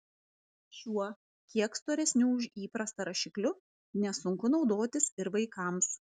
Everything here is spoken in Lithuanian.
šiuo kiek storesniu už įprastą rašikliu nesunku naudotis ir vaikams